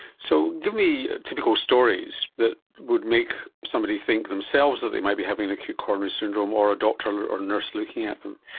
so give me typical stories that would make somebody think themselves that they might be having an acute coronary syndrome or a doctor um or or nurse looking at them.